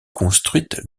construites